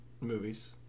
movies